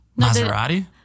Maserati